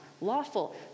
lawful